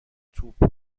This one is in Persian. توپ